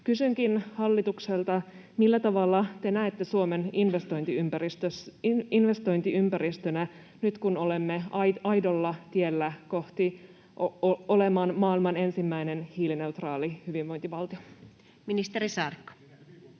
Kysynkin hallitukselta: millä tavalla te näette Suomen investointiympäristönä nyt, kun olemme aidolla tiellä olemaan maailman ensimmäinen hiilineutraali hyvinvointivaltio? [Jani